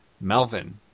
Melvin